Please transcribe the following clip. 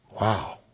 Wow